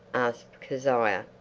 asked kezia.